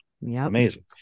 Amazing